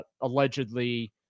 allegedly